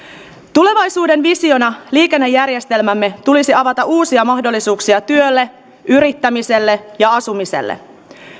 tulevaisuuden visiona liikennejärjestelmämme tulisi avata uusia mahdollisuuksia työlle yrittämiselle ja asumiselle